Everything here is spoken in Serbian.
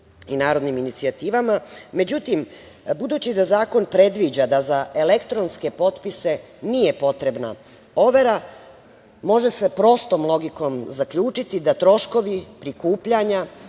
i narodnim inicijativama. Međutim, budući da zakon predviđa da za elektronske potpise nije potrebna overa, može se prostom logikom zaključiti da troškovi prikupljanja